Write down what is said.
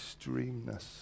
extremeness